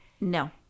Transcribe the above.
No